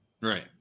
Right